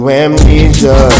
amnesia